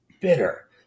bitter